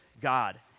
God